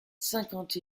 cinquante